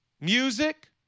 Music